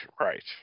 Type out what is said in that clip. right